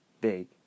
big